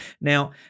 Now